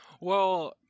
Well-